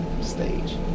stage